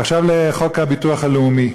עכשיו להצעת חוק הביטוח הלאומי,